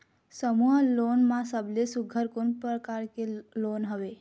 समूह लोन मा सबले सुघ्घर कोन प्रकार के लोन हवेए?